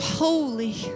holy